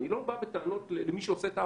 אני לא בא בטענות למי שעושה את העבודה.